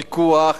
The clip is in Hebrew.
פיקוח,